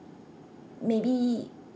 maybe